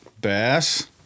bass